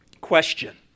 question